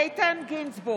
איתן גינזבורג,